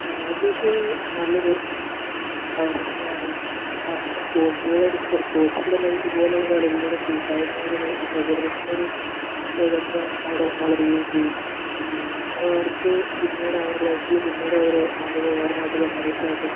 അതൊര് നല്ലൊര് കാര്യം തന്നെയാണ് സ്പോർട്സിലൂടെ സ്പോർട്സിലൂടെ ഇത് പോലുള്ള കളികളിലൂടെ കൂട്ടായ്മയുടൊര് സൗഹൃദത്തിൻ്റെ ഒരു ബന്ധം അവിടെ വളരുകയും ചെയ്യും അത് അവർക്ക് പിന്നീട് അവരുടെ ലൈഫില് പിന്നീടതൊരു നല്ലൊരു ഓർമ്മയായിട്ടും മെമ്മറീസായിട്ടും